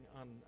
on